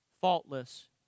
faultless